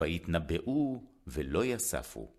והתנבאו ולא יספו.